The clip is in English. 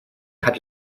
had